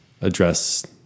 address